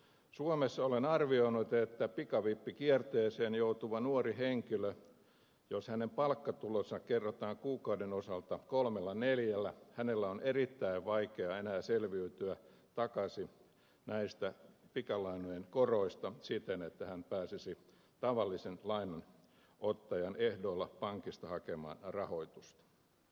suomessa olen arvioinut että pikavippikierteeseen joutuva nuori henkilö jos hänen palkkatulonsa kerrotaan kuukauden osalta kolmella neljällä hänen on erittäin vaikea enää selviytyä takaisin näistä pikalainojen koroista siten että hän pääsisi tavallisen lainanottajan ehdoilla pankista hakemaan rahoitusta